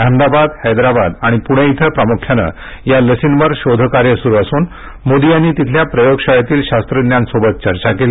अहमदाबाद हैदराबाद आणि पुणे इथं प्रामुख्यानं या लसींवर शोधकार्य सुरु असून मोदी यांनी तिथल्या प्रयोगशाळेतील शास्त्रज्ञांसोबत चर्चा केली